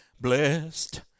blessed